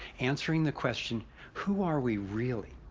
answering the question who are we really.